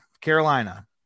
Carolina